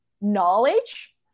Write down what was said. knowledge